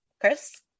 Chris